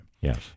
Yes